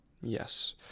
Yes